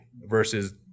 versus